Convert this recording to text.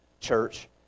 church